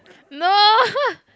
no